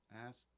ask